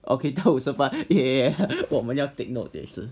okay 到五十八我们要 take note 也是